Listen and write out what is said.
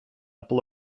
upper